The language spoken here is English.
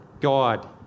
God